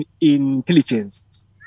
intelligence